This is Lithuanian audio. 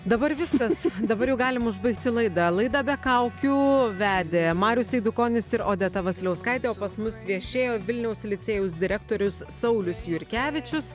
dabar viskas dabar jau galim užbaigti laidą laidą be kaukių vedė marius eidukonis ir odeta vasiliauskaitė o pas mus viešėjo vilniaus licėjaus direktorius saulius jurkevičius